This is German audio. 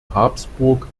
habsburg